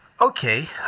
Okay